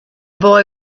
boy